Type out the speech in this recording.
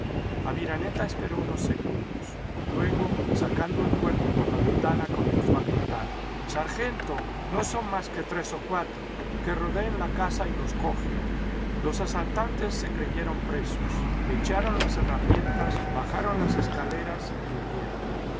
aviraneta esperó unos segundos luego sacando el cuerpo por la ventana comenzó a gritar sargento no son más que tres o cuatro que rodeen la casa y los cogen los asaltantes se creyeron presos echaron las herramientas bajaron las escaleras y huyeron